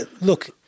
Look